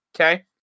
Okay